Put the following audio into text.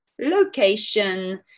location